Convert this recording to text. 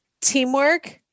teamwork